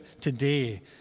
today